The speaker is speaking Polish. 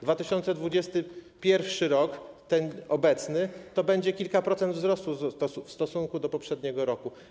2021 r., ten obecny, to będzie kilka procent wzrostu w stosunku do poprzedniego roku.